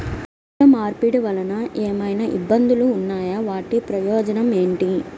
పంట మార్పిడి వలన ఏమయినా ఇబ్బందులు ఉన్నాయా వాటి ప్రయోజనం ఏంటి?